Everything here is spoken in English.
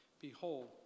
Behold